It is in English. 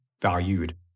valued